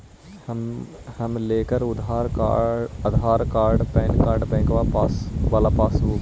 हम लेकर Aadhaar card PAN card बैंकवा वाला पासबुक?